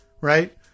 right